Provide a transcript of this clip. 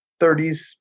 30s